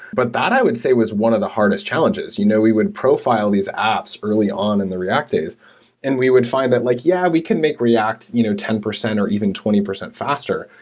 but that i would say was one of the hardest challenges. you know we would profile these apps early on in the react days and we would find that like, yeah, we can make react you know ten percent or even twenty percent faster,